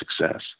success